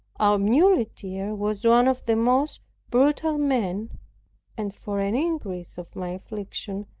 our muleteer was one of the most brutal men and for an increase of my affliction,